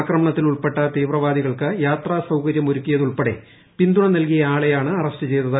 ആക്രമണത്തിൽ ഉൾപ്പെട്ട തീവ്രവാദികൾക്ക് യാത്രാ സൌകര്യം ഒരുക്കിയത് ഉൾപ്പെടെ പിന്തുണ നൽകിയ ആളെയാണ് അറസ്റ്റ് ചെയ്തത്